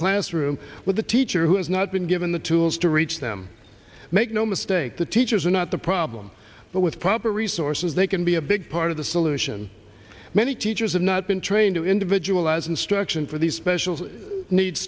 classroom with a teacher who has not been given the tools to reach them make no mistake the teachers are not the problem but with proper resources they can be a big part of the solution many teachers have not been trained to individualize instruction for these special needs